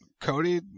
Cody